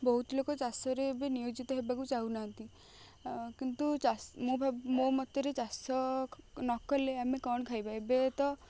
ବହୁତ ଲୋକ ଚାଷରେ ଏବେ ନିୟୋଜିତ ହେବାକୁ ଚାହୁ ନାହାନ୍ତି କିନ୍ତୁ ମୁଁ ମୋ ମତରେ ଚାଷ ନକଲେ ଆମେ କ'ଣ ଖାଇବା ଏବେ ତ